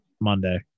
Monday